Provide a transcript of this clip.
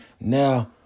now